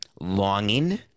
longing